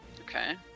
Okay